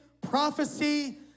prophecy